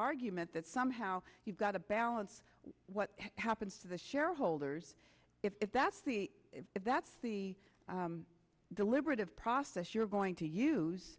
argument that somehow you've got to balance what happens to the shareholders if that's the if that's the deliberative process you're going to use